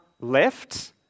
left